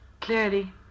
clearly